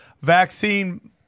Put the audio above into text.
vaccine